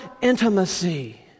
intimacy